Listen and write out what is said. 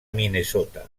minnesota